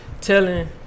telling